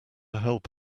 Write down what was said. help